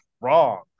wrong